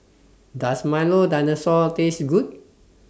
Does Milo Dinosaur Taste Good